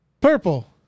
Purple